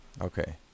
okay